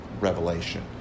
Revelation